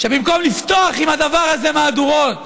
שבמקום לפתוח עם הדבר הזה מהדורות